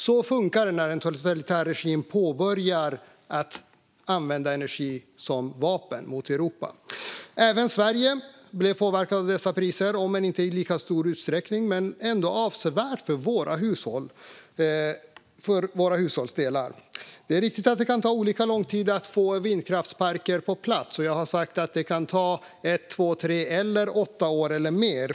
Så funkar det när en totalitär regim börjar använda energi som vapen mot Europa. Även Sverige blev påverkat av dessa priser, om än inte i lika stor utsträckning men ändå avsevärt för våra hushålls del. Det är riktigt att det kan ta olika lång tid att få vindkraftsparker på plats. Jag har sagt att det kan ta ett, två, tre eller åtta år eller mer.